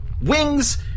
wings